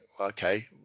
okay